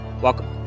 Welcome